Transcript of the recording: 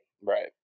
Right